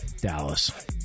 Dallas